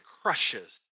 crushes